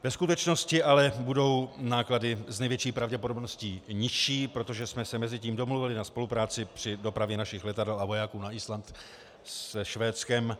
Ve skutečnosti ale budou náklady s největší pravděpodobností nižší, protože jsme se mezitím domluvili na spolupráci při dopravě našich letadel a vojáků na Island se Švédskem.